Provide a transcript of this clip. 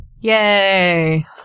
Yay